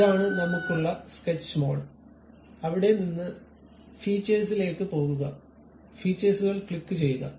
ഇതാണ് നമുക്കുള്ള sketch mode അവിടെ നിന്ന് ഫീച്ചേഴ്സിലേക്ക് പോകുക ഫീച്ചേഴ്സുകൾ ക്ലിക്കുചെയ്യുക